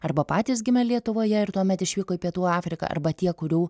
arba patys gimę lietuvoje ir tuomet išvyko į pietų afriką arba tie kurių